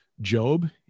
job